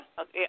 Okay